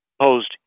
posed